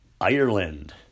Ireland